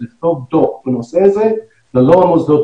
לכתוב דוח בנושא הזה ולא על המוסדות